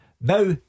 Now